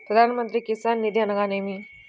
ప్రధాన మంత్రి కిసాన్ నిధి అనగా నేమి?